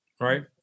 Right